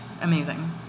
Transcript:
Amazing